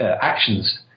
actions